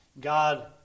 God